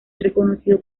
reconocido